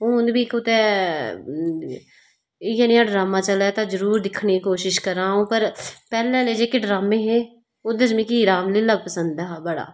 हून बी कुतै इयै नेहा ड्रामा चलै ते जरुर दिक्खने दी कोशिश करा आंऊ पर पैहले आहले जेहके ड्रामे हे ओहदे च मिकी रामलीला पसंद हा बड़ा